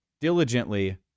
diligently